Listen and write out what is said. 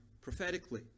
prophetically